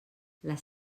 les